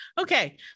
okay